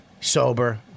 Sober